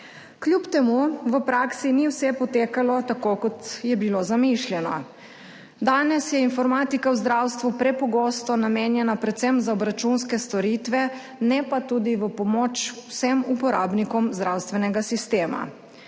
Kljub temu v praksi ni vse potekalo tako, kot je bilo zamišljeno. Danes je informatika v zdravstvu prepogosto namenjena predvsem za obračunske storitve, ne pa tudi v pomoč vsem uporabnikom zdravstvenega sistema.